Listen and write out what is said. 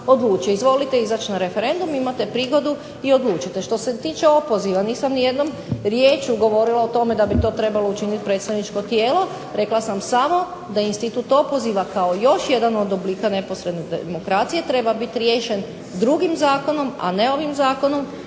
Izvolite izaći na referendum, imate prigodu, i odlučite. Što se tiče opoziva, nisam ni jednom riječju govorila o tome da bi to trebalo učiniti predstavničko tijelo, rekla sam samo da institut opoziva kao još jedan od oblika neposredne demokracije treba biti riješen drugim zakonom, a ne ovim Zakonom